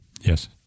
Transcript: Yes